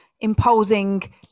imposing